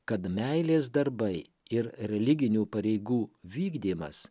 kad meilės darbai ir religinių pareigų vykdymas